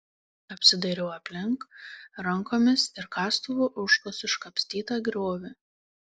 apsidairau aplink rankomis ir kastuvu užkasu iškapstytą griovį